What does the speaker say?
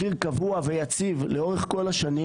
מחיר קבוע ויציב לאורך כל השנים.